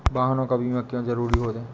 वाहनों का बीमा क्यो जरूरी है?